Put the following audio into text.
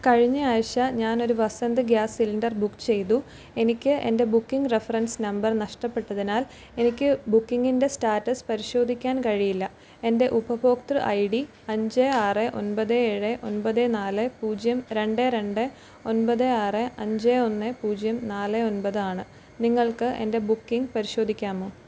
കഴിഞ്ഞ ആഴ്ച ഞാനൊരു വസന്ത് ഗ്യാസ് സിലിണ്ടർ ബുക്ക് ചെയ്തു എനിക്ക് എൻ്റെ ബുക്കിംഗ് റഫറൻസ് നമ്പർ നഷ്ടപ്പെട്ടതിനാൽ എനിക്ക് ബുക്കിങ്ങിൻ്റെ സ്റ്റാറ്റസ് പരിശോധിക്കാൻ കഴിയില്ല എൻ്റെ ഉപഭോക്തൃ ഐ ഡി അഞ്ച് ആറ് ഒൻപത് ഏഴ് ഒൻപത് നാല് പൂജ്യം രണ്ട് രണ്ട് ഒൻപത് ആറ് അഞ്ച് ഒന്ന് പൂജ്യം നാല് ഒൻപത് ആണ് നിങ്ങൾക്ക് എൻ്റെ ബുക്കിംഗ് പരിശോധിക്കാമോ